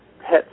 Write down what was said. pets